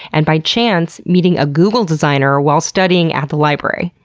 and by chance meeting a google designer while studying at the library.